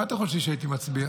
מה אתם חושבים שהייתי מצביע?